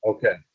Okay